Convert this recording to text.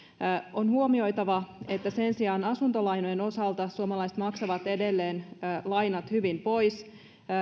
on huomioitava että sen sijaan asuntolainojen osalta suomalaiset maksavat edelleen lainat hyvin pois